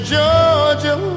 Georgia